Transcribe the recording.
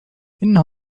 إنه